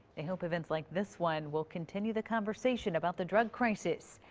they hope events like this one will continue the conversation about the drug crisis.